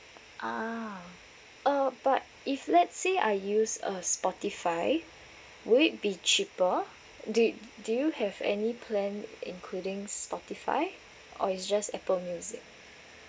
ah uh but if let's say I use uh spotify will it be cheaper do do you have any plan including spotify or it's just Apple music